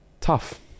Tough